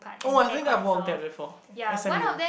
oh I think I walked that before S_M_U